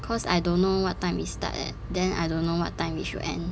cause I don't know what time we start eh then I don't know what time we should end